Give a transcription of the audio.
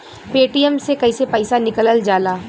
Paytm से कैसे पैसा निकलल जाला?